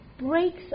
breaks